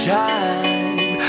time